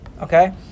okay